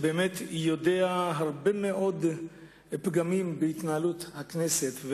שיודע על הרבה מאוד פגמים בהתנהלות הכנסת,